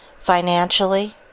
financially